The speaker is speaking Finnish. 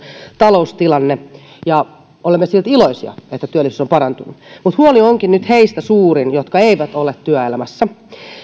taloustilanne olemme silti iloisia että työllisyys on parantunut mutta huoli onkin nyt suurin heistä jotka eivät ole työelämässä